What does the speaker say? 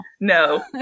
No